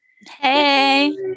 Hey